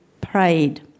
prayed